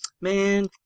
man